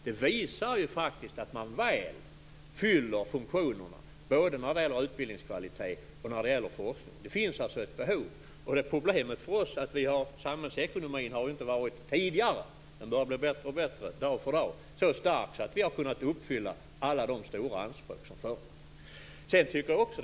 Det visar att man väl fyller funktionen både vad gäller utbildningskvalitet och vad gäller forskning. Det finns alltså ett behov. Problemet för oss är att samhällsekonomin tidigare inte varit så stark att vi har kunnat uppfylla alla de stora anspråk som förekommer, men den blir bara bättre dag för dag.